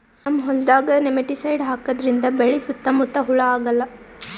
ನಮ್ಮ್ ಹೊಲ್ದಾಗ್ ನೆಮಟಿಸೈಡ್ ಹಾಕದ್ರಿಂದ್ ಬೆಳಿ ಸುತ್ತಾ ಮುತ್ತಾ ಹುಳಾ ಆಗಲ್ಲ